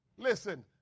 Listen